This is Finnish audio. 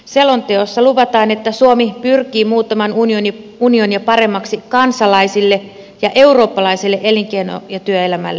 selonteossa luvataan että suomi pyrkii muuttamaan unionia paremmaksi kansalaisille ja eurooppalaiselle elinkeino ja työelämälle